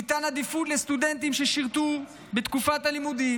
תינתן עדיפות לסטודנטים ששירתו בתקופת הלימודים